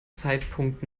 zeitpunkt